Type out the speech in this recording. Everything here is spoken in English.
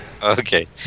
Okay